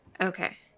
Okay